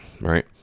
Right